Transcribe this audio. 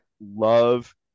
love